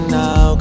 now